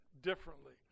differently